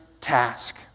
task